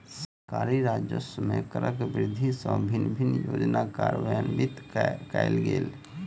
सरकारी राजस्व मे करक वृद्धि सँ विभिन्न योजना कार्यान्वित कयल गेल